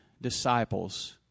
disciples